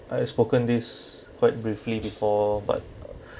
I have spoken this quite briefly before but uh